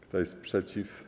Kto jest przeciw?